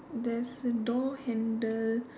there's a door handle